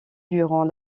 durant